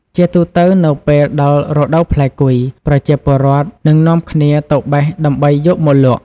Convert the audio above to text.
ជាទូទៅនៅពេលដល់រដូវផ្លែគុយ ប្រជាពលរដ្ឋ នឹងនាំគ្នា ទៅបេះដើម្បីយកមកលក់។